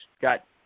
got